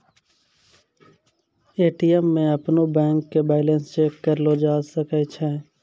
ATM मे अपनो bank के बैलेंस चेक करलो जाय सकै छै